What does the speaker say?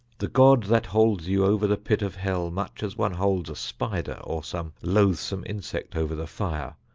the god that holds you over the pit of hell, much as one holds a spider, or some loathsome insect over the fire,